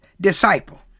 disciple